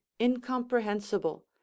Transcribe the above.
incomprehensible